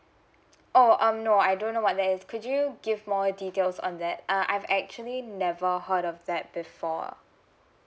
oh um no I don't know what that is could you give more details on that uh I've actually never heard of that before